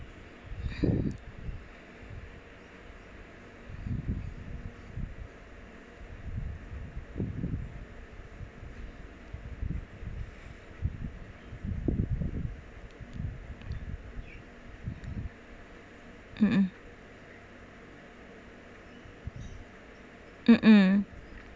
uh uh